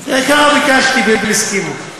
ככה ביקשתי, והם הסכימו.